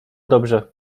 dobrze